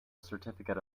certificate